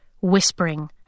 whispering